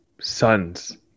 son's